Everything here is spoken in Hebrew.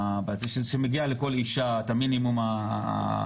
כמו שמגיע לכל אישה את המינימום הנדרש,